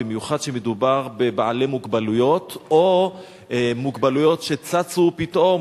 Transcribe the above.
במיוחד כשמדובר בבעלי מוגבלויות או במוגבלויות שצצו פתאום,